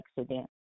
accident